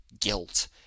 guilt